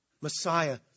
Messiah